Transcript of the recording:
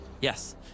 Yes